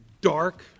dark